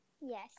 Yes